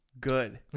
Good